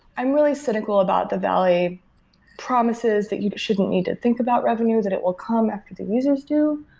i'm really cynical about the valet promises that you shouldn't need to think about revenues, that it will come after the users do.